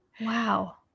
Wow